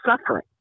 suffering